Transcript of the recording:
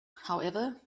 however